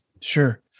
Sure